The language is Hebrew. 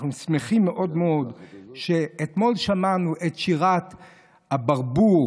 אנחנו שמחים מאוד מאוד שאתמול שמענו את שירת הברבור,